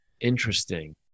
Interesting